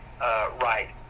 right